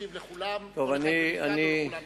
ישיב לכולם, לכל אחד בנפרד או לכולם יחד.